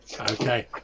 Okay